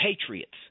patriots